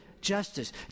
justice